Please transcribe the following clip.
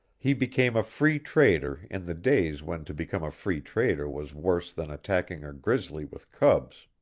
he became a free trader in the days when to become a free trader was worse than attacking a grizzly with cubs.